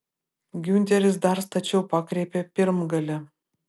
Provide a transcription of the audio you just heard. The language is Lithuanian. giunteris dar stačiau pakreipė pirmgalį